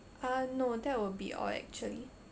uh no that would be all actually